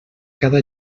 cada